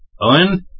Owen